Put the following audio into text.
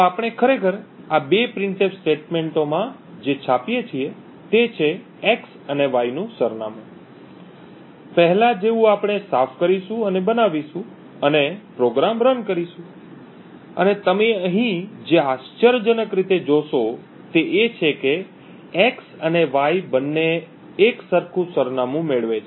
તો આપણે ખરેખર આ બે પ્રિન્ટએફ સ્ટેટમેંટોમાં જે છાપીએ છીએ તે છે x અને y નું સરનામું પહેલા જેવું આપણે સાફ કરીશું અને બનાવીશું અને પ્રોગ્રામ રન કરીશું અને તમે અહીં જે આશ્ચર્યજનક રીતે જોશો તે એ છે કે x અને y બંને એક સરખું સરનામું મેળવે છે